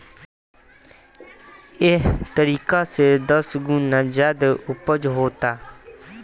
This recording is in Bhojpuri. एह तरीका से दस गुना ज्यादे ऊपज होता